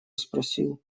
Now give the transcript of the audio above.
спросил